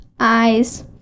Eyes